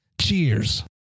Cheers